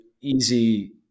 easy